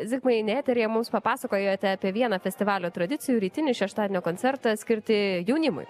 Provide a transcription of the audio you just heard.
zigmai ne eteryje mums papasakojote apie vieną festivalio tradicijų rytinį šeštadienio koncertą skirti jaunimui